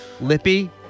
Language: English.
lippy